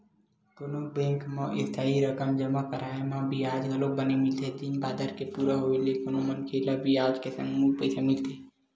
कोनो बेंक म इस्थाई रकम जमा कराय म बियाज घलोक बने मिलथे दिन बादर के पूरा होय ले कोनो मनखे ल बियाज के संग मूल पइसा मिलथे